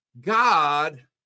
God